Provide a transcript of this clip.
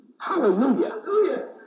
Hallelujah